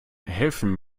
helfen